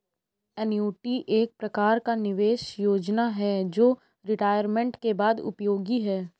annuity एक प्रकार का निवेश योजना है जो रिटायरमेंट के बाद उपयोगी है